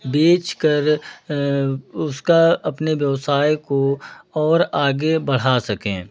बेचकर उसका अपने व्यवसाय को और आगे बढ़ा सकें